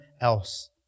else